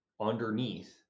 underneath